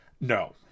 No